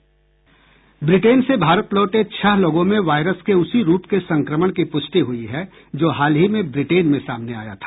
Britain से भारत लौटे छह लोगों में वायरस के उसी रूप के संक्रमण की प्रष्टि हुई है जो हाल ही में ब्रिटेन में सामने आया था